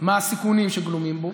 מהם הסיכונים שגלומים בו.